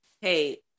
hey